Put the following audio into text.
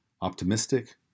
optimistic